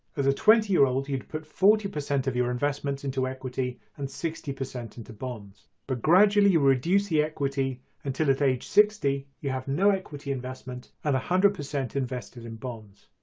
as a twenty-year-old you'd put forty percent of your investments into equity and sixty percent into bonds but gradually reduce the equity until at age sixty you have no equity investment and a hundred percent invested in bonds.